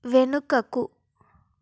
వెనుకకు